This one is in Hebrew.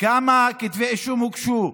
כמה כתבי אישום הוגשו?